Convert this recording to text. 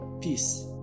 Peace